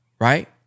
right